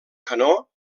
canó